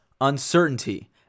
uncertainty